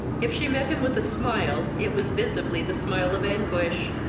if she met him with a smile, it was visibly the smile of anguish.